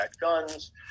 guns